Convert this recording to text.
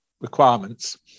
requirements